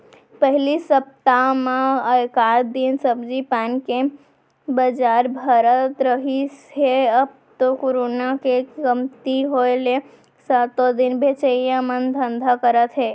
पहिली सप्ता म एकात दिन सब्जी पान के बजार भरात रिहिस हे अब तो करोना के कमती होय ले सातो दिन बेचइया मन धंधा करत हे